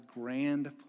grand